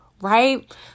right